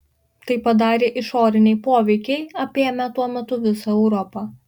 tai padarė išoriniai poveikiai apėmę tuo metu visą europą